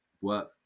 work